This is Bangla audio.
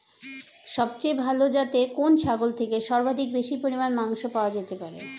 সবচেয়ে ভালো যাতে কোন ছাগল থেকে সর্বাধিক বেশি পরিমাণে মাংস পাওয়া যেতে পারে?